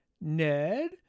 Ned